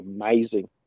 amazing